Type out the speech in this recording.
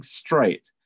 straight